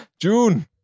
June